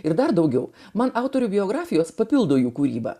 ir dar daugiau man autorių biografijos papildo jų kūrybą